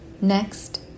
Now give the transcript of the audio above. Next